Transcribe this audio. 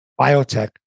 biotech